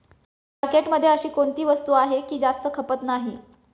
मार्केटमध्ये अशी कोणती वस्तू आहे की जास्त खपत नाही?